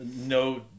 no